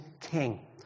king